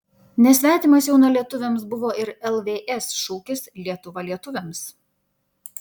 nesvetimas jaunalietuviams buvo ir lvs šūkis lietuva lietuviams